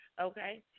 okay